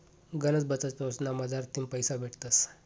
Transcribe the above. गनच बचत योजना मझारथीन पैसा भेटतस